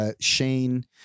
Shane